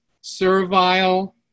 servile